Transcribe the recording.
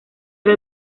era